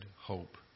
hope